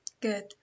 Good